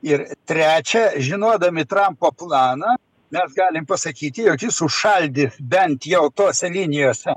ir trečia žinodami trampo planą mes galim pasakyti jog jis užšaldė bent jau tose linijose